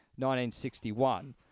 1961